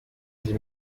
die